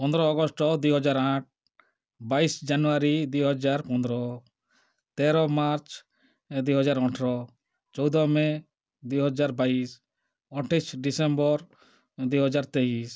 ପନ୍ଦର ଅଗଷ୍ଟ ଦୁଇହଜାର ଆଠ ବାଇଶ ଜାନୁଆରୀ ଦୁଇହଜାର ପନ୍ଦର ତେର ମାର୍ଚ୍ଚ ଦୁଇହଜାର ଅଠର ଚଉଦ ମେ ଦୁଇହଜାର ବାଇଶ ଅଠେଇଶ ଡ଼ିସେମ୍ବର ଦୁଇହଜାର ତେଇଶ